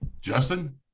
Justin